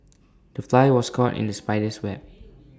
the fly was caught in the spider's web